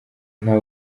nta